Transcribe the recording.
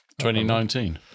2019